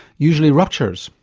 usually ruptures,